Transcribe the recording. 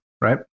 right